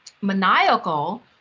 maniacal